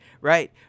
right